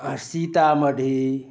Sitamarhi